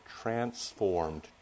transformed